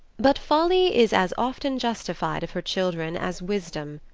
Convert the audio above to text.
but folly is as often justified of her children as wisdom,